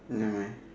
never mind